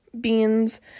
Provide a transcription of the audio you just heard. beans